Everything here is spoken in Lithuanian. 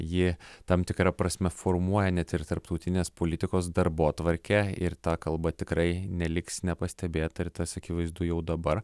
ji tam tikra prasme formuoja net ir tarptautinės politikos darbotvarkę ir ta kalba tikrai neliks nepastebėta ir tas akivaizdu jau dabar